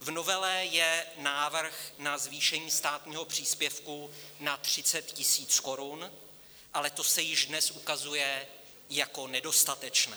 V novele je návrh na zvýšení státního příspěvku na 30 000 korun, ale to se již dnes ukazuje jako nedostatečné.